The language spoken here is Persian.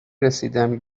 رسیدم